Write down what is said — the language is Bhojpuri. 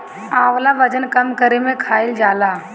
आंवला वजन कम करे में खाईल जाला